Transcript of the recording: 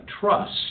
trust